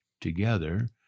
together